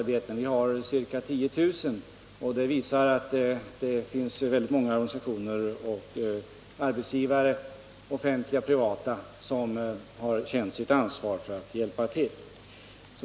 Det finns ca 10000 arbeten, och många organisationer och arbetsgivare — offentliga och privata — har känt sitt ansvar när det gällt att hjälpa till.